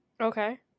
Okay